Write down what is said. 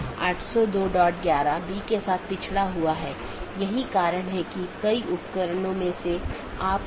इसलिए इस पर प्रतिबंध हो सकता है कि प्रत्येक AS किस प्रकार का होना चाहिए जिसे आप ट्रैफ़िक को स्थानांतरित करने की अनुमति देते हैं